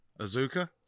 Azuka